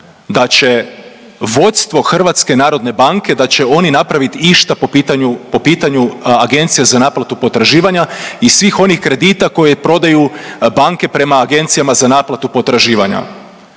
da će vodstvo Hrvatske narodne banke, da će oni napraviti išta po pitanju Agencija za naplatu potraživanja i svih onih kredita koje prodaju banke prema Agencijama za naplatu potraživanja?